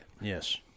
Yes